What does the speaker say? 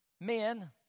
men